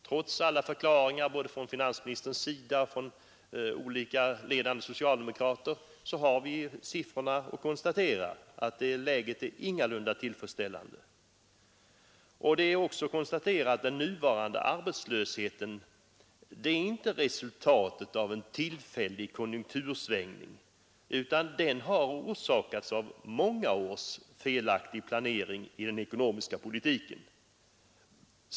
Trots alla förklaringar av finansministern och från olika ledande socialdemokrater har vi nu bara att siffermässigt konstatera att läget ingalunda är tillfredsställande. Vidare kan vi slå fast att den nuvarande arbetslösheten inte är resultatet av en tillfällig konjunktursvängning, utan den har orsakats av många års felaktig planering i den ekonomiska politiken.